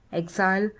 exile,